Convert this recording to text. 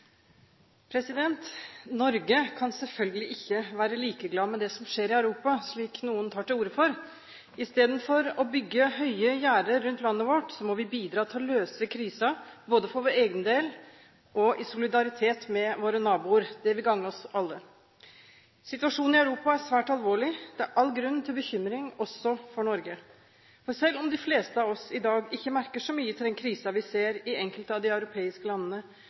Norge kan selvfølgelig ikke være likeglad med det som skjer i Europa, slik noen tar til orde for. Istedenfor å bygge høye gjerder rundt landet vårt må vi bidra til å løse krisen, både for vår egen del og i solidaritet med våre naboer. Det vil gagne oss alle. Situasjonen i Europa er svært alvorlig. Det er all grunn til bekymring – også for Norge. For selv om de fleste av oss i dag ikke merker så mye til den krisen vi ser i enkelte av de europeiske landene,